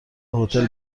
هتل